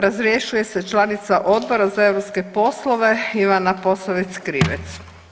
Razrješuje se članica Odbora za europske poslove Ivana Posavec-Krivec.